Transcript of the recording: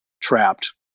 trapped